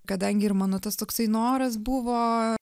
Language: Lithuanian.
kadangi ir mano tas toksai noras buvo